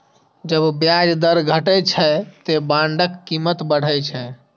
जब ब्याज दर घटै छै, ते बांडक कीमत बढ़ै छै